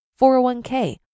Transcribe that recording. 401k